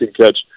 catch